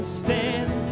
stand